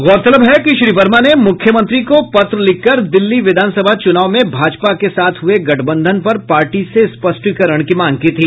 गौरतलब है कि श्री वर्मा ने मुख्यमंत्री को पत्र लिखकर दिल्ली विधानसभा चुनाव में भाजपा के साथ हुए गठबंधन पर पार्टी से स्पष्टीकरण की मांग की थी